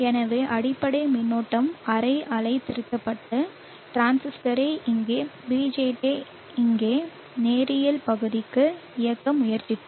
எனவே அடிப்படை மின்னோட்டம் அரை அலை திருத்தப்பட்டு டிரான்சிஸ்டரை இங்கே BJT இங்கே நேரியல் பகுதிக்கு இயக்க முயற்சிக்கும்